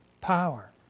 Power